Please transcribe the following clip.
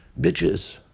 Bitches